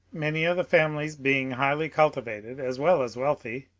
many of the families being highly cultivated as well as wealthy.